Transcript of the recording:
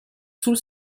sul